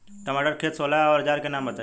टमाटर के खेत सोहेला औजर के नाम बताई?